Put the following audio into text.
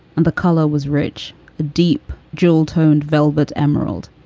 and the collar was rich. the deep, jewel toned velvet emerald.